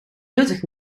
nuttig